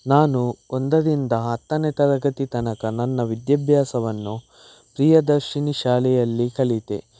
ನಾನು ಒಂದರಿಂದ ಹತ್ತನೇ ತರಗತಿ ತನಕ ನನ್ನ ವಿದ್ಯಾಭ್ಯಾಸವನ್ನು ಪ್ರಿಯದರ್ಶಿನಿ ಶಾಲೆಯಲ್ಲಿ ಕಲಿತೆ